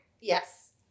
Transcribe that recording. Yes